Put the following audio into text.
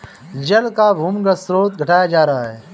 जल का भूमिगत स्रोत घटता जा रहा है